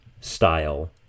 style